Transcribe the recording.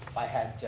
i had